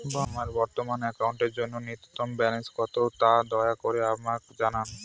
আমার বর্তমান অ্যাকাউন্টের জন্য ন্যূনতম ব্যালেন্স কত, তা দয়া করে আমাকে জানান